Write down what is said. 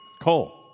Cole